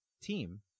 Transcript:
team